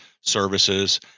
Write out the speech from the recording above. services